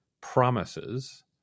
promises